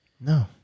No